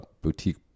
boutique